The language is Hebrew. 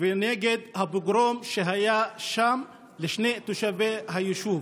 ונגד הפוגרום שהיה שם לשני תושבי היישוב.